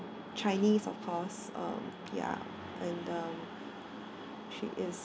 chinese of course um ya and um she is